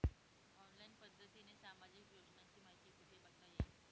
Online पद्धतीने सामाजिक योजनांची माहिती कुठे बघता येईल?